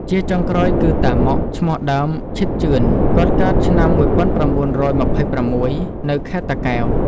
ជាចុងក្រោយគឺ តាម៉ុក (ឈ្មោះដើម ឈិត ជឿន) គាត់កើតឆ្នាំ១៩២៦ នៅខេត្តតាកែវ ។